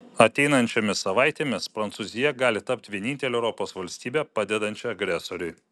ateinančiomis savaitėmis prancūzija gali tapti vienintele europos valstybe padedančia agresoriui